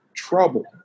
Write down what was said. trouble